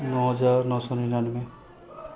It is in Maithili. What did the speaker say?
नओ हजार नओ सए निनानबे